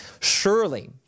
Surely